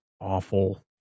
awful